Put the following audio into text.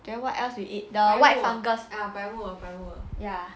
then what else we eat the white fungus